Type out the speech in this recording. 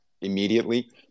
immediately